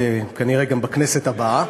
וכנראה גם בכנסת הבאה.